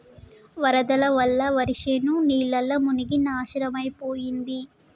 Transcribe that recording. వరదల వల్ల వరిశేను నీళ్లల్ల మునిగి నాశనమైపోయింది